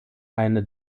eine